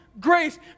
grace